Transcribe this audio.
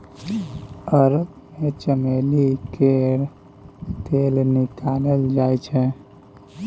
अरब मे चमेली केर तेल निकालल जाइ छै